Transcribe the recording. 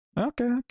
Okay